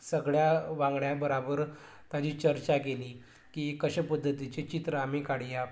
सगळ्यां वांगड्यां बराबर ताजी चर्चा केली की कशे पद्दतीचें चित्र आमी काडया